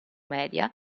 media